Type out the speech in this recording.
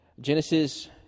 Genesis